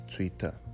Twitter